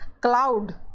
cloud